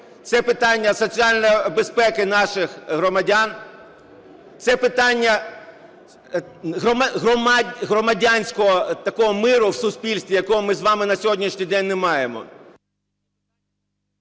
Це питання соціальної безпеки наших громадян. Це питання громадянського такого миру в суспільстві, якого ми з вами на сьогоднішній день не маємо.